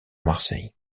marseille